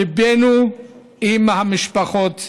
ליבנו עם משפחות הנרצחים.